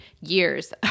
years